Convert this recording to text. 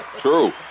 True